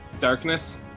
darkness